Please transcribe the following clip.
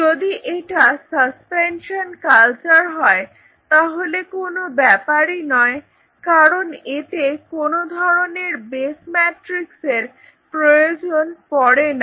যদি এটা suspension culture হয় তাহলে কোন ব্যাপারই নয় কারণ এতে কোন ধরনের বেস্ ম্যাট্রিক্স এর প্রয়োজন পড়ে না